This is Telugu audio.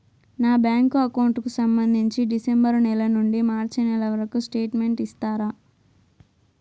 నా బ్యాంకు అకౌంట్ కు సంబంధించి డిసెంబరు నెల నుండి మార్చి నెలవరకు స్టేట్మెంట్ ఇస్తారా?